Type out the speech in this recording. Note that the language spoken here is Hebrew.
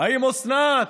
האם אוסנת,